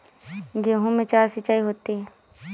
गेहूं में चार सिचाई होती हैं